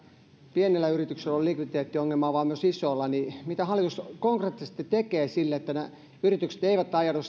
pienillä yrityksillä ole likviditeettiongelmaa vaan myös isoilla niin mitä hallitus konkreettisesti tekee sille että ne yritykset eivät ajaudu